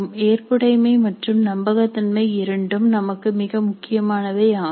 ஏற்புடைமை மற்றும் நம்பகத்தன்மை இரண்டும் நமக்கு மிக முக்கியமானவை ஆகும்